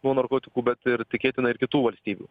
nuo narkotikų bet ir tikėtina ir kitų valstybių